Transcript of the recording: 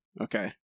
Okay